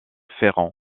ferrand